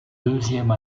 deuxième